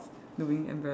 doing embarrass